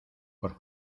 por